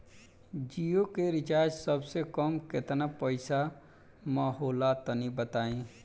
जियो के रिचार्ज सबसे कम केतना पईसा म होला तनि बताई?